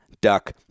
Duck